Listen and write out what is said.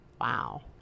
Wow